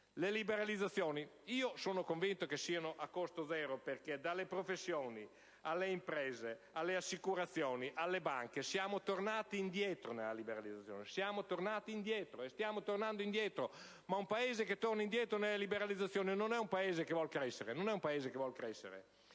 alle liberalizzazioni sono convinto che siano a costo zero perché dalle professioni alle imprese, alle assicurazioni, alle banche siamo tornati, stiamo tornando, indietro. Ma un Paese che torna indietro nelle liberalizzazioni non è un Paese che vuole crescere.